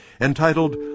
entitled